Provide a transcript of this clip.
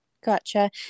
Gotcha